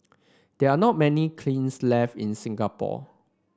there are not many kilns left in Singapore